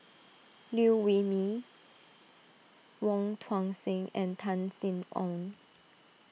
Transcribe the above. Liew Wee Mee Wong Tuang Seng and Tan Sin Aun